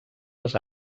les